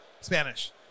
Spanish